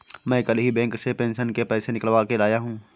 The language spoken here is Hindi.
मैं कल ही बैंक से पेंशन के पैसे निकलवा के लाया हूँ